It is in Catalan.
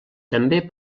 també